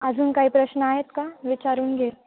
अजून काही प्रश्न आहेत का विचारून घे